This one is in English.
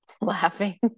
Laughing